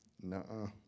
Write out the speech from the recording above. No